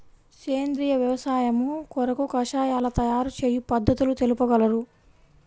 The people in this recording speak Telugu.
సేంద్రియ వ్యవసాయము కొరకు కషాయాల తయారు చేయు పద్ధతులు తెలుపగలరు?